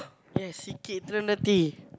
yes C_K Eternity